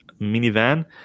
minivan